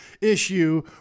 issue